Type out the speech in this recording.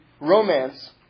Romance